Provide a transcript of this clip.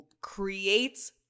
creates